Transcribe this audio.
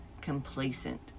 complacent